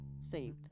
saved